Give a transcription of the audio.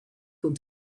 und